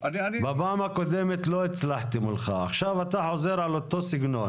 אני בקשר איתו כבר יותר משבע שנים.